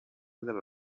della